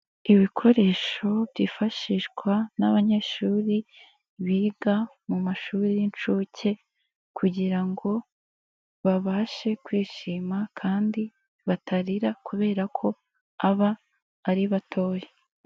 Ibikoresho byifashishwa n'abanyeshuri biga mu mashuri y' incuke, kugira ngo babashe kwishima kandi batarira kubera ko aba ari batoya.